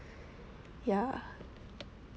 ya